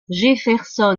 jefferson